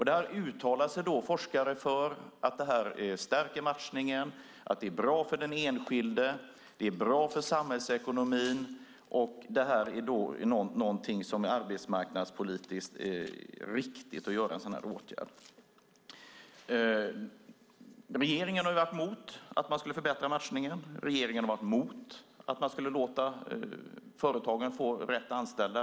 Där uttalar sig forskare för att det stärker matchningen, att det är bra för den enskilde, att det är bra för samhällsekonomin, att det är arbetsmarknadspolitiskt riktigt att vidta en sådan åtgärd. Regeringen har varit emot att förbättra matchningen. Regeringen har varit emot att låta företagen få rätt att anställa.